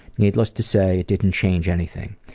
needless to say, it didn't change anything.